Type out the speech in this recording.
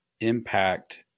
impact